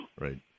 Right